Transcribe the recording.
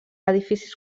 edificis